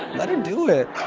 let her do it.